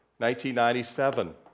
1997